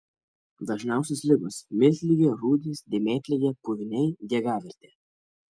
dažniausios ligos miltligė rūdys dėmėtligė puviniai diegavirtė